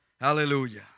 Hallelujah